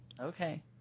Okay